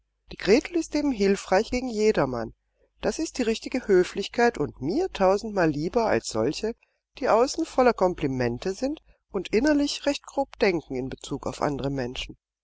die gretel ist eben hilfreich gegen jedermann das ist die richtige höflichkeit und mir tausendmal lieber als solche die außen voller komplimente sind und innerlich recht grob denken in bezug auf andere menschen